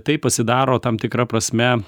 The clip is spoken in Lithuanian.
tai pasidaro tam tikra prasme